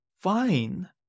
fine